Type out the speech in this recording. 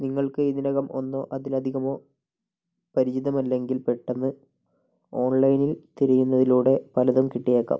നിങ്ങൾക്ക് ഇതിനകം ഒന്നോ അതിലധികമോ പരിചിതമല്ലെങ്കിൽ പെട്ടെന്ന് ഓൺലൈനിൽ തിരയുന്നതിലൂടെ പലതും കിട്ടിയേക്കാം